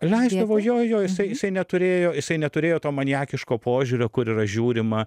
leisdavo jo jo isai isai neturėjo jisai neturėjo to maniakiško požiūrio kur yra žiūrina